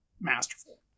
masterful